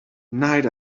night